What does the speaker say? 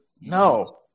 No